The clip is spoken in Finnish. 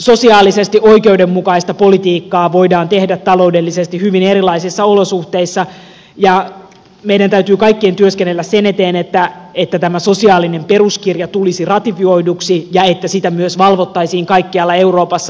sosiaalisesti oikeudenmukaista politiikkaa voidaan tehdä taloudellisesti hyvin erilaisissa olosuhteissa ja meidän täytyy kaikkien työskennellä sen eteen että tämä sosiaalinen peruskirja tulisi ratifioiduksi ja että sitä myös valvottaisiin kaikkialla euroopassa